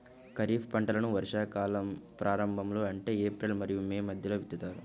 ఖరీఫ్ పంటలను వర్షాకాలం ప్రారంభంలో అంటే ఏప్రిల్ మరియు మే మధ్యలో విత్తుతారు